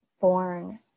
born